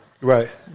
Right